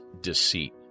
deceit